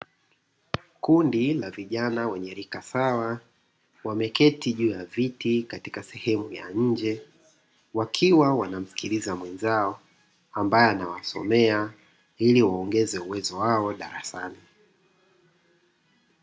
Kundi la vijana wenye rika sawa wameketi juu ya viti katika sehemu ya nje wakiwa wanamsikiliza mwenzao ambaye anawasomea ili waongeze uwezo wao darasani.